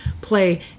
play